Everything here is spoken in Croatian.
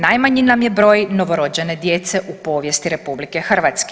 Najmanji nam je broj novorođene djece u povijesti RH.